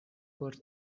por